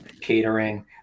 catering